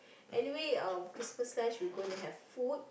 anyway Christmas lunch we going to have food